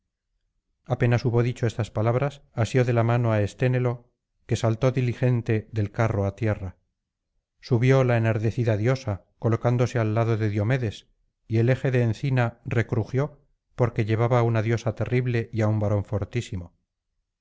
apenas hubo dicho estas palabras asió de la mano á esténelo que saltó diligente del carro á tierra subió la enardecida diosa colocándose al lado de diomedes y el eje de encina recrujió porque llevaba á una diosa terrible y á un varón fortísimo